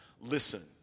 listen